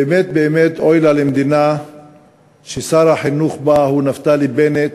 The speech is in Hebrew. באמת באמת אוי לה למדינה ששר החינוך בה הוא נפתלי בנט